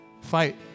Fight